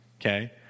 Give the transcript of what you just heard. okay